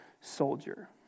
soldier